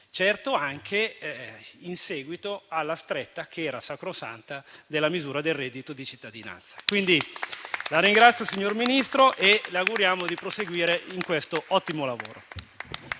anche in seguito alla stretta, che era sacrosanta, della misura del reddito di cittadinanza. La ringrazio, signor Ministro, e le auguriamo di proseguire in questo ottimo lavoro.